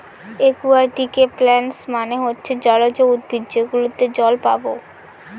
একুয়াটিকে প্লান্টস মানে হচ্ছে জলজ উদ্ভিদ যেগুলোতে জল পাবো